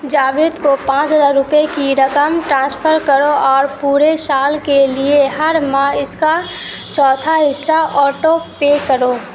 جاوید کو پانچ ہزار روپے کی رقم ٹرانسفر کرو اور پورے سال کے لیے ہر ماہ اس کا چوتھا حصہ آٹو پے کرو